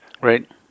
Right